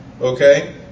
okay